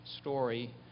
story